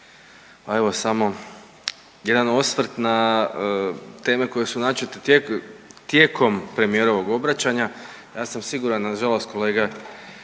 Pa evo samo jedan osvrt na teme koje su načete tijekom premijerovog obraćanja. Ja sam siguran, nažalost kolege